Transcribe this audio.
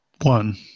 one